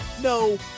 No